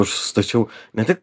aš stačiau ne tik